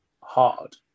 hard